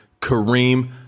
Kareem